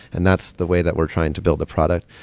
and that's the way that we're trying to build a product.